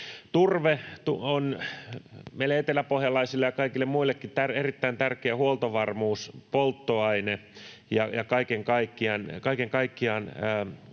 Turve on meille eteläpohjalaisille ja kaikille muillekin erittäin tärkeä huoltovarmuuspolttoaine ja kaiken kaikkiaan